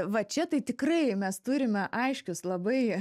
va čia tai tikrai mes turime aiškius labai